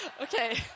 okay